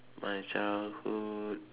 my childhood